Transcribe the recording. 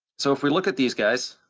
so if we look at these guys,